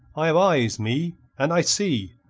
i have eyes, me. and i see.